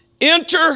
Enter